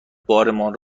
بارمان